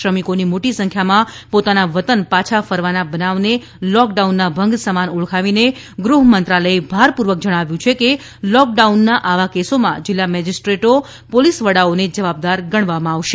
શ્રમિકોની મોટી સંખ્યામાં પોતાના વતન પાછા ફરવાના બનાવને લોકડાઉનના ભંગ સમાન ઓળખાવીને ગૃહમંત્રાલયે ભારપૂર્વક જણાવ્યું છે કે લોકડાઉનના આવા કેસોમાં જિલ્લા મેજીસ્ટેટ્રો પોલીસ વડાઓને જવાબદાર ગણવામાં આવશે